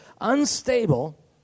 unstable